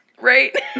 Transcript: Right